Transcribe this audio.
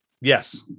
Yes